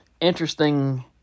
interesting